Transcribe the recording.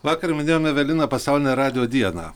vakar minėjom evelina pasaulinę radijo dieną